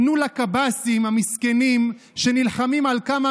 תנו לקב"סים המסכנים שנלחמים על כמה